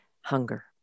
hunger